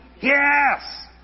Yes